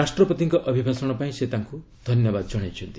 ରାଷ୍ଟ୍ରପତିଙ୍କ ଅଭିଭାଷଣ ପାଇଁ ସେ ତାଙ୍କୁ ଧନ୍ୟବାଦ ଜଣାଇଛନ୍ତି